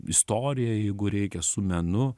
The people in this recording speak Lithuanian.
istorija jeigu reikia su menu